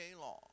long